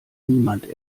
niemand